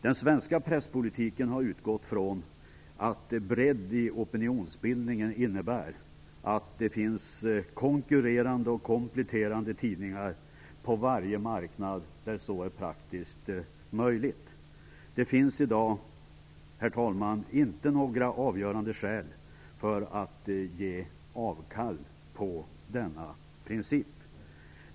Den svenska presspolitiken har utgått ifrån att bredd i opinionsbildningen innebär att det finns konkurrerande och kompletterande tidningar på varje marknad där så är praktiskt möjligt. Det finns i dag, herr talman, inte några avgörande skäl för att ge avkall på denna princip.